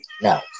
No